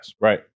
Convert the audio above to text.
Right